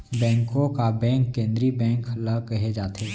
बेंको का बेंक केंद्रीय बेंक ल केहे जाथे